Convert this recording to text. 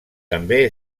també